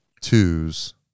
twos